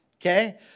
okay